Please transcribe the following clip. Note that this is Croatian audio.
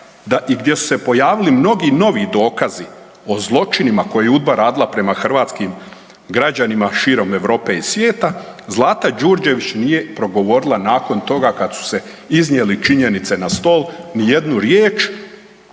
i gdje su se pojavili mnogi novi dokazi o zločinima koje je UDBA radila prema hrvatskim građanima širom Europe i svijeta, Zlata Đurđević nije progovorila nakon toga kad su se iznijele činjenice na stol ni jednu riječ.